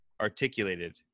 articulated